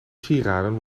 sieraden